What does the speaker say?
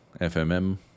FMM